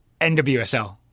NWSL